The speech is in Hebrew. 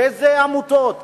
באילו עמותות,